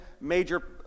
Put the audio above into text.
major